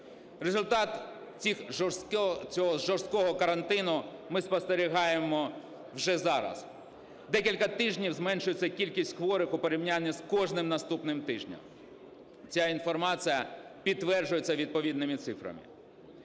Результат цього жорсткого карантину ми спостерігаємо вже зараз. Декілька тижнів зменшується кількість хворих у порівнянні з кожним наступним тижнем. Ця інформація підтверджується відповідними цифрами.